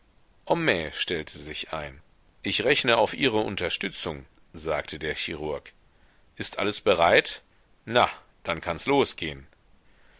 homais stellte sich ein ich rechne auf ihre unterstützung sagte der chirurg ist alles bereit na dann kanns losgehen